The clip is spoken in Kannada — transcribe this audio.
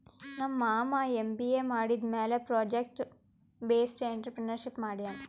ನಮ್ ಮಾಮಾ ಎಮ್.ಬಿ.ಎ ಮಾಡಿದಮ್ಯಾಲ ಪ್ರೊಜೆಕ್ಟ್ ಬೇಸ್ಡ್ ಎಂಟ್ರರ್ಪ್ರಿನರ್ಶಿಪ್ ಮಾಡ್ಯಾನ್